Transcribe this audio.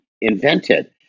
invented